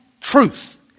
truth